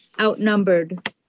Outnumbered